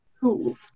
Cool